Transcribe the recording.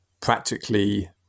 practically